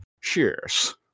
Cheers